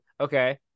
okay